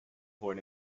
point